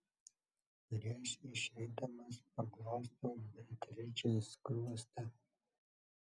prieš išeidamas paglostau beatričei skruostą